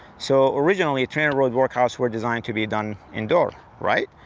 so originally, trainerroad workouts were designed to be done indoor, right?